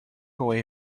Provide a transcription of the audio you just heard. away